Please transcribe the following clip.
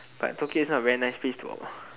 but Tokyo is not a very nice place to work